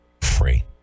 free